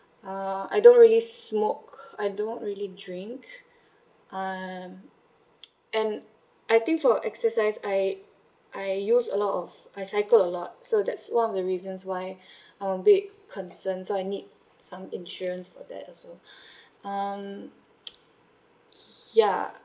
uh I don't really smoke I don't really drink um and I think for exercise I I use a lot of I cycle a lot so that's one of the reasons why I'm bit concerned so I need some insurance for that also um ya